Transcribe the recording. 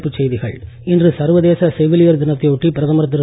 தலைப்புச்செய்திகள் இன்று சர்வதேச செவிலியர் தினத்தை ஒட்டி பிரதமர் திரு